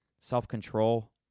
self-control